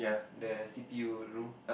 the C_P_U room